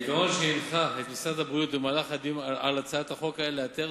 העיקרון שהנחה את משרד הבריאות במהלך הדיונים על הצעת החוק היה לאתר